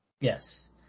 Yes